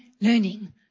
learning